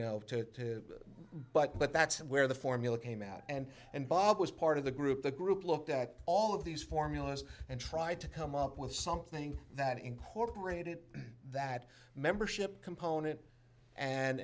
know to but but that's where the formula came out and and bob was part of the group the group looked at all of these formulas and tried to come up with something that incorporated that membership component and